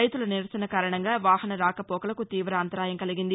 రైతుల నిరసన కారణంగా వాహన రాకపోకలకు తీవ అంతరాయం కలిగింది